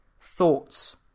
Thoughts